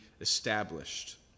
established